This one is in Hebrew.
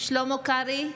שלמה קרעי,